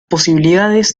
posibilidades